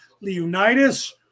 Leonidas